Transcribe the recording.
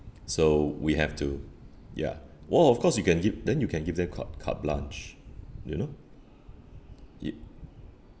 so we have to ya well of course you can gi~ then you can give them ca~ carte blanche you know i~